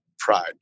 pride